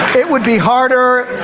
it would be harder.